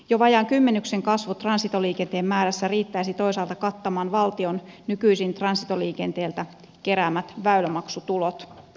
jo vajaan kymmenyksen kasvu transitoliikenteen määrässä riittäisi toisaalta kattamaan valtion nykyisin transitoliikenteeltä keräämät väylämaksutulot